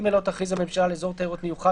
(ג)לא תכריז הממשלה על אזור תיירות מיוחד